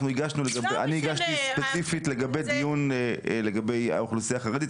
אני הגשתי ספציפית לגבי האוכלוסייה החרדית,